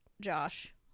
Josh